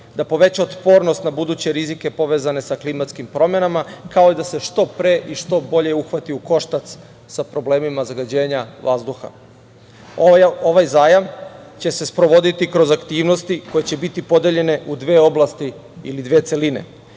da poveća otpornost na buduće rizike povezane sa klimatskim promenama, kao i da se što pre i što bolje uhvati u koštac sa problemima zagađenja vazduha. Ovaj zajam će se sprovoditi kroz aktivnosti i koje će biti podeljene u dve oblasti ili dve celine. Prva